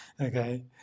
Okay